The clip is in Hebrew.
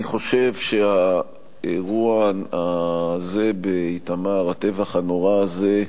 אני חושב שהאירוע הזה באיתמר, הטבח הנורא הזה,